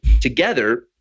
together